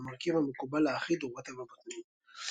אולם המרכיב המקובל האחיד הוא רוטב הבוטנים.